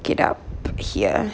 get up here